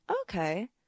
Okay